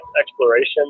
exploration